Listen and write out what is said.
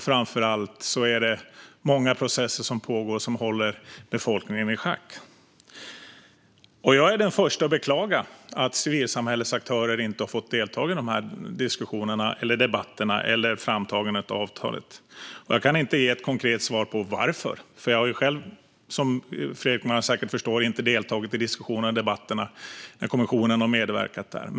Framför allt pågår många processer som håller befolkningen i schack. Jag är den förste att beklaga att civilsamhällets aktörer inte har fått delta i diskussionerna, debatterna och framtagandet av avtalet. Jag kan inte ge ett konkret svar på varför, för som Fredrik Malm säkert förstår har jag själv inte deltagit i diskussionerna eller debatterna. Dock har kommissionen medverkat.